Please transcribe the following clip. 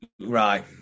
Right